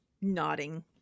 nodding